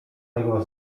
tego